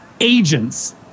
agents